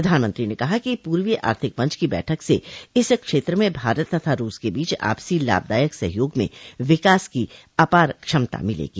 प्रधानमंत्री ने कहा कि पूर्वी आर्थिक मंच की बैठक से इस क्षेत्र में भारत तथा रूस के बीच आपसी लाभदायक सहयोग में विकास की अपार क्षमता मिलेगी